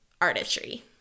artistry